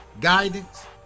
guidance